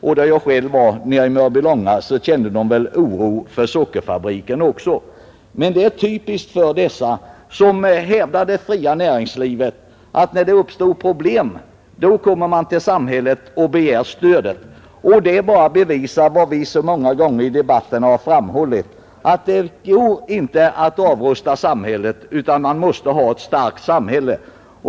Och när jag var i Mörbylånga hyste man där också oro för sockerfabriken. Men det är typiskt att när de som hävdar det fria näringslivets intressen stöter på problem, så kommer de till samhället och begär stödåtgärder. Det bevisar ju vad vi så många gånger har framhållit, nämligen att det inte går att avrusta samhället. Vi måste ha ett starkt samhälle.